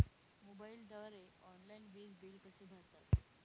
मोबाईलद्वारे ऑनलाईन वीज बिल कसे भरतात?